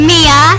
Mia